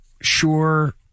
sure